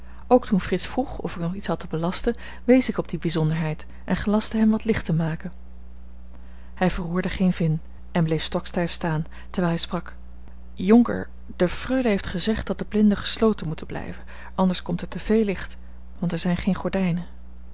ook toen frits vroeg of ik nog iets had te belasten wees ik op die bijzonderheid en gelastte hem wat licht te maken hij verroerde geen vin en bleef stokstijf staan terwijl hij sprak jonker de freule heeft gezegd dat de blinden gesloten moeten blijven anders komt er te veel licht want er zijn geen gordijnen